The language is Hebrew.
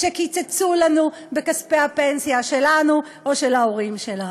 כשקיצצו לנו בכספי הפנסיה שלנו או של ההורים שלנו.